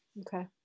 Okay